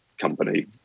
company